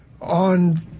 on